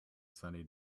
sunny